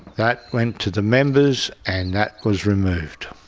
that went to the members and that was removed.